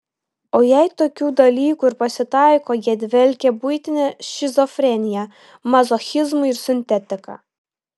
o jei tokių dalykų ir pasitaiko jie dvelkia buitine šizofrenija mazochizmu ir sintetika